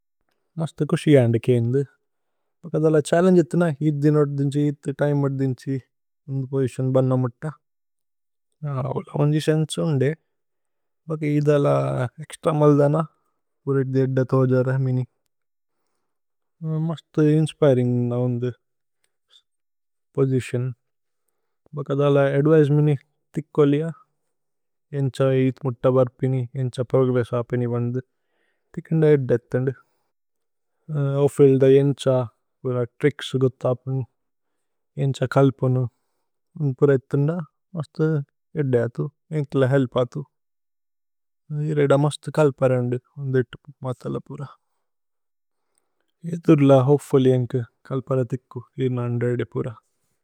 മസ്ഥ കുശി ആന്ദികേ ഇന്ദു ഭക ദാല ഛല്ലേന്ഗേ। ഇത്ന ഇഥി ദിനു അദ്ദിന്സി ഇഥി തിമേ അദ്ദിന്സി ഇന്ദു। പോജിസ്യോന് ബന്ന മുത്ത ഉന്ജി സേന്സു ഇന്ദേ ബക ഇഥ। അല ഏക്സ്ത്ര മല്ദന പുരി ഇഥി ഏദ്ദ തോജോരേ മിനി। മസ്ഥ ഇന്സ്പിരിന്ഗ് ന ഉന്ദു പോജിസ്യോന്। ഭക ദാല അദ്വിചേ മിനി തിക്കോ ലിയ ഏന്ഛ ഇഥി। മുത്ത ബര്പിനി ഏന്ഛ പ്രോഗ്രേസ്സ് ആപിനി ബന്ദു। തിക്കോ ന്ദ ഏദ്ദ ഏത്ത ന്ദു ഓഫില്ദ ഏന്ഛ പുര। ത്രിച്ക്സ് ഗുത്ത അപ്നി ഏന്ഛ കല്പുനു ഉന് പുര ഏത്ത। ന്ദ മസ്ഥ ഏദ്ദ ഏത്തു ഏന്ക്ലേ ഹേല്പ് അതു ഇരേദ। മസ്ഥ കല്പര ന്ദു ഉന്ദു ഏത്തു,। മതല പുര ഇതുര്ല ഹോപേഫുല്ല്യ് ഏന്ക കല്പര। തിക്കു ഇര്ന അന്ദ്രേദേ പുര।